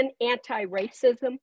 anti-racism